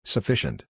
Sufficient